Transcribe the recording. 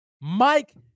Mike